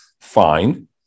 Fine